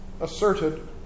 asserted